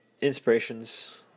inspirations